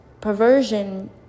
Perversion